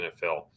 NFL